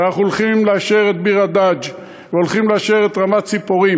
ואנחנו הולכים לאשר את ביר-הדאג' והולכים לאשר את רמת-ציפורים,